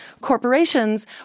corporations